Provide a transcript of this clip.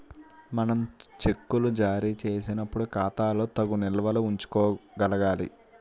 మనం చెక్కులు జారీ చేసినప్పుడు ఖాతాలో తగు నిల్వలు ఉంచుకోగలగాలి